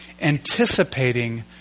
anticipating